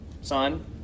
son